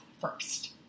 first